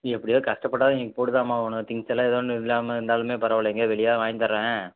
எப்படியாவுது கஷ்டப்பட்டாவது இன்னிக்கு போட்டு தான்மா ஆவணும் திங்க்ஸ் எல்லாம் எதோ ஒன்று இல்லாமல் இருந்தாலுமே பரவால்லைங்க வெளியே வாய்ங்கி தரேன்